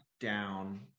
down